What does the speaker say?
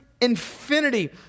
infinity